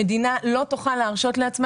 המדינה לא תוכל להרשות לעצמה